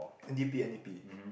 N_D_P N_D_P